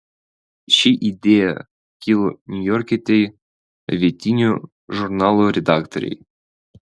ši idėja kilo niujorkietei vietinio žurnalo redaktorei